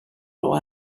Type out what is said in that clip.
will